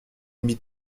mis